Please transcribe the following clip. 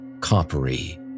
coppery